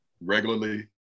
regularly